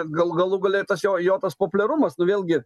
gal galų gale ir tas jo jo tas populiarumas nu vėlgi